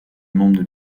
membres